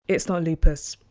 it's not lupus,